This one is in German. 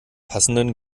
passenden